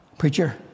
Preacher